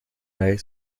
mij